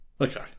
Okay